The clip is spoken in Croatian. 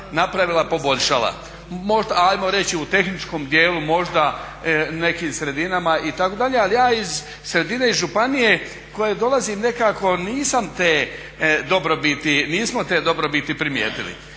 napravila, poboljšala. Možda, ajmo reći u tehničkom dijelu možda u nekim sredinama itd. ali ja iz sredine iz županije koje dolazim nisam te dobrobiti, nismo te dobrobiti primijetili.